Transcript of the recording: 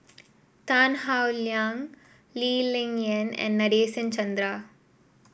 Tan Howe Liang Lee Ling Yen and Nadasen Chandra